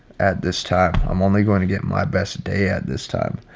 at this time. i'm only going to get my best day at this time.